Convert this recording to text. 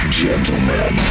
gentlemen